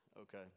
okay